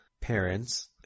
parents